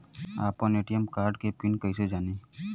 आपन ATM card के PIN कईसे जानी?